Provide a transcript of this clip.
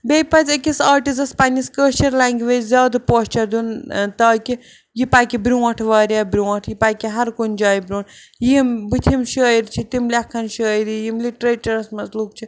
بیٚیہِ پَزِ أکِس آرٹِزَس پَننِس کٲشِر لنٛگویج زیادٕ پوچھر دیٛن ٲں تاکہِ یہِ پَکہِ برٛونٛٹھ واریاہ برٛونٛٹھ یہِ پَکہِ ہَر کُنہِ جایہِ برٛونٛٹھ یِم بُتھِم شٲعر چھِ تِم لیٚکھَن شٲعری یِم لِٹریچَرَس منٛز لوٗکھ چھِ